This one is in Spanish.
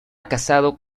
casado